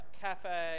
cafe